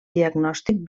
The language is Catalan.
diagnòstic